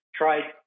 tried